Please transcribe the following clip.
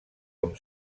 com